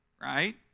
Right